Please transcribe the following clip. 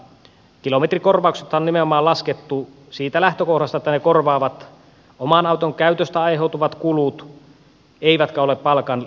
kilometrikorvaukset on nimenomaan laskettu siitä lähtökohdasta että ne korvaavat oman auton käytöstä aiheutuvat kulut eivätkä ole palkan lisä